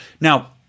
Now